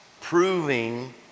proving